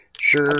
sure